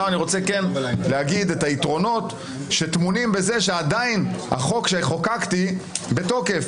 אני רוצה לפרט את היתרונות שטמונים בזה שהחוק שחוקקתי עדיין בתוקף.